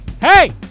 hey